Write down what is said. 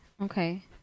Okay